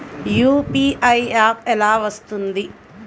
UPI app ఎలా వస్తుంది?